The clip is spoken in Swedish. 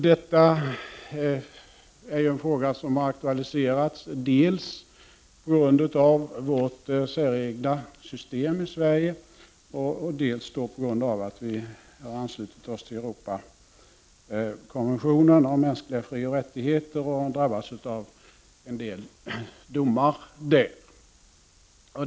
Detta är en fråga som har aktualiserats dels på grund av vårt säregna system i Sverige, dels på grund av att vi har anslutit oss till Europakonventionen om mänskliga frioch rättigheter och har drabbats av en del domar.